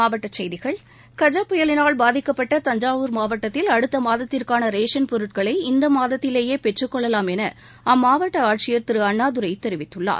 மாவட்டச் செய்திகள் கஜா புயலினால் பாதிக்கப்பட்ட தஞ்சாவூர் மாவட்டத்தில் அடுத்த மாதத்திற்கான ரேஷன் பொருட்களை இந்த மாதத்திலேயே பெற்றுக்கொள்ளவாம் என அம்மாவட்ட ஆட்சியர் திரு அண்ணாதுரை தெரிவித்துள்ளார்